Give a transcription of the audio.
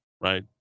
right